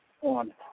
on